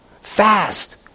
fast